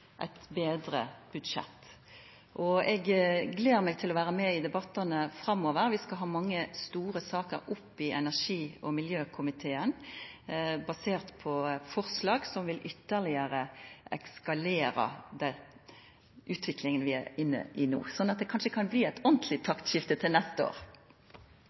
eit betre budsjett. Og eg gler meg til å vera med i debattane framover. Vi skal ha mange store saker opp i energi- og miljøkomiteen, baserte på forslag som vil ytterlegare eskalera den utviklinga vi er inne i no. Så kan det kanskje bli eit ordentlig taktskifte til